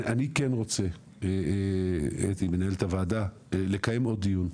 אני כן רוצה אתי, מנהלת הוועדה, לקיים עוד דיון,